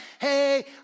hey